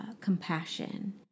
compassion